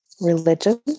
religion